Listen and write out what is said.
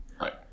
Right